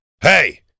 hey